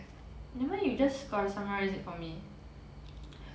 never mind you just gotta summarize it for me